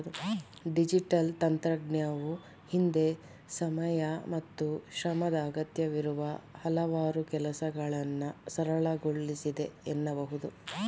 digital ತಂತ್ರಜ್ಞಾನವು ಹಿಂದೆ ಸಮಯ ಮತ್ತು ಶ್ರಮದ ಅಗತ್ಯವಿರುವ ಹಲವಾರು ಕೆಲಸಗಳನ್ನ ಸರಳಗೊಳಿಸಿದೆ ಎನ್ನಬಹುದು